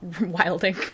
wilding